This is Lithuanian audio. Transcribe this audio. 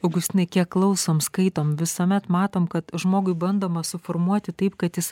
augustinai kiek klausom skaitom visuomet matom kad žmogui bandoma suformuoti taip kad jis